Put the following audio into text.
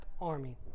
army